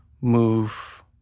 move